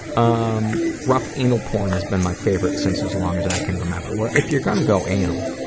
um rough anal porn has been my favourite since as long as i can remember. if you're gonna go anal,